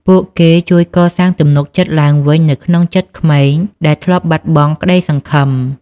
ពួកគេជួយកសាងទំនុកចិត្តឡើងវិញនៅក្នុងចិត្តក្មេងដែលធ្លាប់បាត់បង់ក្ដីសង្ឃឹម។